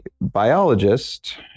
biologist